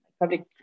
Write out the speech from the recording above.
public